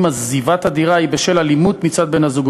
אם עזיבת הדירה היא בשל אלימות מצד בן-הזוג,